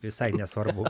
visai nesvarbu